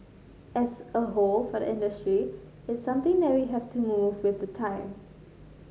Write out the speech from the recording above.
as a whole for the industry it's something that we have to move with the times